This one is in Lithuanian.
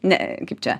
ne kaip čia